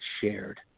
shared